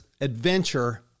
adventure